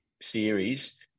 series